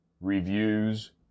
Reviews